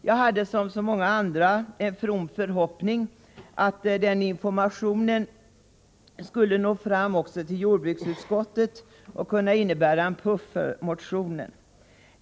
Jag hade, som så många andra, en from förhoppning att den informationen skulle nå fram också till jordbruksutskottet och innebära en puff för motionen.